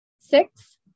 Six